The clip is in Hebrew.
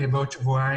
תהיה בעוד שבועיים,